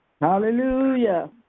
Hallelujah